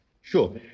Sure